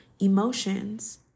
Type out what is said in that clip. emotions